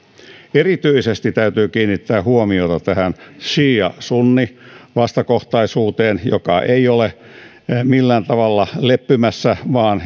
erityisesti täytyy kiinnittää huomiota tähän siia sunni vastakohtaisuuteen joka ei ole millään tavalla leppymässä vaan